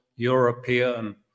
European